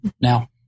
Now